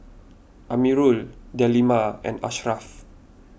Amirul Delima and Ashraff